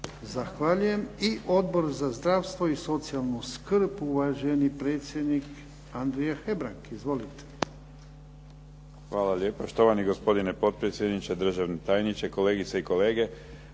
Zahvaljujem. I Odbor za zdravstvo i socijalnu skrb, uvaženi predsjednik Andrija Hebrang. Izvolite. **Hebrang, Andrija (HDZ)** Hvala lijepa, štovani gospodine potpredsjedniče. Državni tajniče, kolegice i kolege.